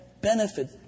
benefit